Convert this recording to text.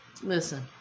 Listen